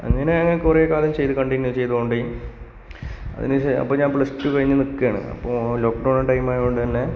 അങ്ങനെ തന്നെ കുറേക്കാലം കണ്ടിന്യൂ ചെയ്തുകൊണ്ട് അതിന് ശേഷം അപ്പം പ്ലസ് ടു കഴിഞ്ഞ് നിൽക്കുവാണ് അപ്പോൾ ലോക്ഡോൺ ടൈം ആയതുകൊണ്ട് തന്നെ